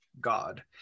God